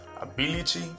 ability